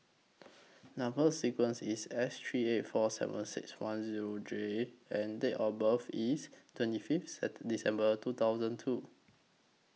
Number sequence IS S three eight four seven six one Zero J and Date of birth IS twenty Fifth At December two thousand two